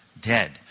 dead